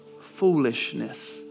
foolishness